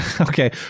Okay